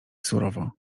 surowo